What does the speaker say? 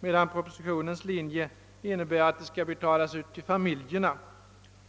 medan propositionens förslag innebär att det skall betalas ut till familjen.